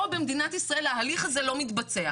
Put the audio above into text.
פה במדינת ישראל ההליך הזה לא מתבצע.